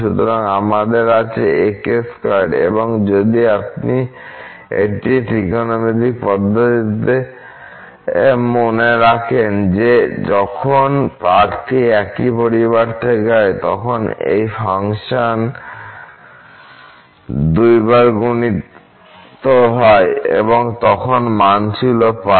সুতরাং আমাদের আছে ak2এবং যদি আপনি এটি ত্রিকোণমিতিক পদ্ধতিতে মনে রাখেন যে যখন প্রার্থী একই পরিবার থেকে হয় এবং যখন একই ফাংশন দুইবার গুণিত হয় তখন তার মান হয় π